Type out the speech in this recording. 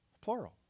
plural